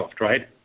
right